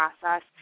process